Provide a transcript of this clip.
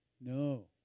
No